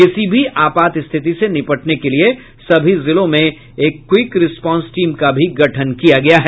किसी भी आपात स्थिति से निपटने के लिए सभी जिलों में एक क्विक रिस्पांस टीम का भी गठन किया गया है